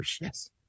Yes